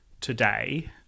today